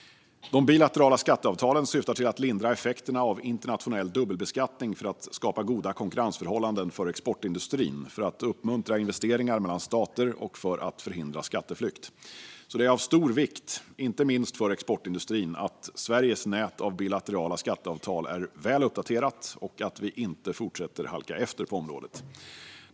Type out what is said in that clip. De bilaterala skatteavtalen syftar till att lindra effekterna av internationell dubbelbeskattning för att skapa goda konkurrensförhållanden för exportindustrin, för att uppmuntra investeringar mellan stater och för att förhindra skatteflykt. Det är alltså av stor vikt, inte minst för exportindustrin, att Sveriges nät av bilaterala skatteavtal är väl uppdaterat och att vi inte fortsätter att halka efter på området.